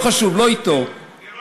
לא חשוב, לא איתו.